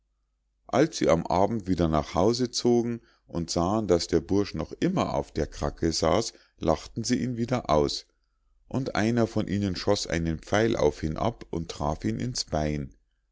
als sie am abend nach hause zogen und sahen daß der bursch noch immer auf der kracke saß lachten sie ihn wieder aus und einer von ihnen schoß einen pfeil auf ihn ab und traf ihn ins bein